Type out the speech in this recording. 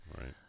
Right